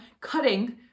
cutting